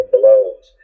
blows